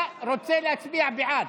אתה רוצה להצביע בעד.